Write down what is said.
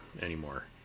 anymore